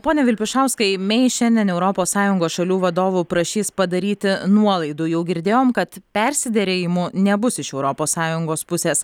pone vilpišauskai mei šiandien europos sąjungos šalių vadovų prašys padaryti nuolaidų jau girdėjom kad persiderėjimų nebus iš europos sąjungos pusės